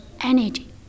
energy